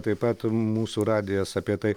taip pat mūsų radijas apie tai